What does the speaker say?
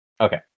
Okay